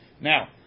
Now